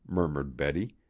murmured betty,